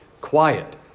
quiet